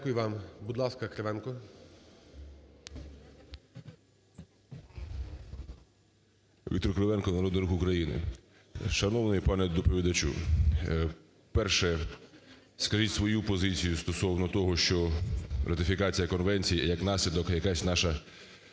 Дякую вам. Будь ласка, Кривенко. 10:50:32 КРИВЕНКО В.М. Віктор Кривенко, "Народний Рух України". Шановний пане доповідачу, перше, скажіть свою позицію стосовно того, що ратифікація конвенції і як наслідок якась наша